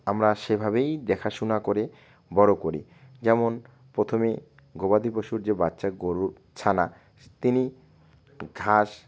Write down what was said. আমরা সেভাবেই দেখাশোনা করে বড়ো করি যেমন প্রথমে গবাদি পশুর যে বাচ্চার গরুর ছানা তিনি ঘাস